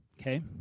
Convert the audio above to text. okay